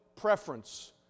preference